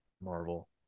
Marvel